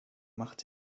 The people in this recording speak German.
macht